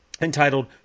entitled